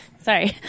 Sorry